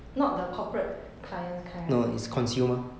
not the corporate client's kind right